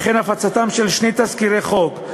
וכן הפצתם של שני תזכירי חוק,